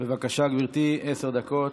בבקשה, גברתי, עשר דקות.